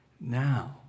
Now